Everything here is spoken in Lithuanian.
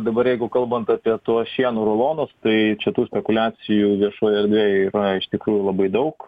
dabar jeigu kalbant apie tuos šieno rulonus tai čia tų spekuliacijų viešoj erdvėj yra iš tikrųjų labai daug